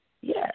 Yes